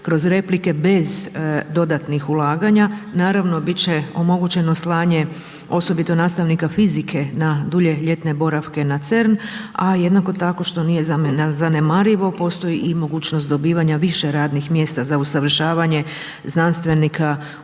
kroz replike bez dodatnih ulaganja. Naravno biti će omogućeno slanje osobito nastavnika fizike na dulje ljetne boravke na CERN a jednako tako što nije zanemarivo postoji i mogućnost dobivanja više radnih mjesta za usavršavanje znanstvenika u